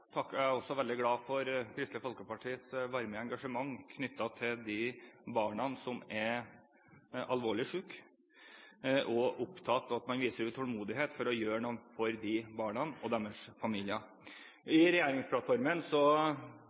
Jeg er også veldig glad for Kristelig Folkepartis varme engasjement knyttet til de barna som er alvorlig syke, og for at de er opptatt av at man viser utålmodighet med hensyn til å gjøre noe for disse barna og deres familier. I regjeringsplattformen